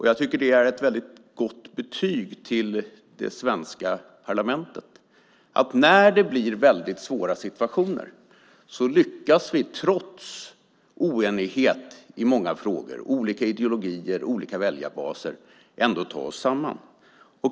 Jag tycker att det är ett gott betyg till det svenska parlamentet att när det blir väldigt svåra situationer lyckas vi, trots oenighet i många frågor, olika ideologier och olika väljarbaser, ta oss samman.